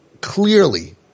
clearly